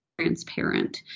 transparent